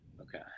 Okay